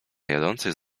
jadących